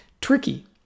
Tricky